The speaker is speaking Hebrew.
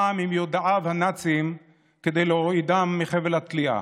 ממיודעיו הנאצים כדי להורידם מחבל התלייה.